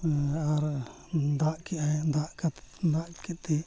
ᱟᱨ ᱫᱟᱜ ᱠᱮᱜ ᱟᱭ ᱫᱟᱜ ᱫᱟᱜ ᱠᱟᱛᱮᱫ